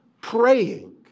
praying